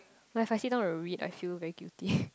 like if I sit down and read I feel very guilty